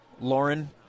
Lauren